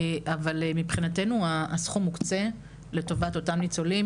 אבל מבחינתנו הסכום מוקצה לטובת אותם ניצולים